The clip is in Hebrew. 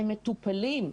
הם מטופלים.